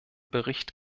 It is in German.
bericht